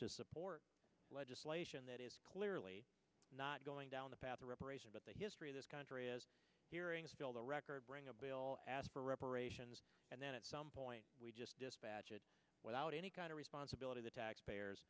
to support legislation that is clearly not going down the path of reparation but the history of this country is hearing us build a record bring a bill ask for reparations and then at some point we just dispatch it without any kind of responsibility the taxpayers